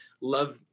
love